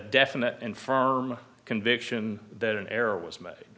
definite and firm conviction that an error was made